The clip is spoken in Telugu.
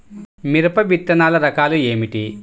మిరప విత్తనాల రకాలు ఏమిటి?